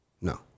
No